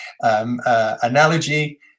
analogy